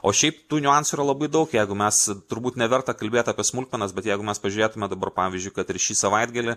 o šiaip tų niuansų yra labai daug jeigu mes turbūt neverta kalbėt apie smulkmenas bet jeigu mes pažiūrėtume dabar pavyzdžiui kad ir šį savaitgalį